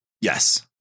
Yes